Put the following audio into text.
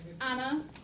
Anna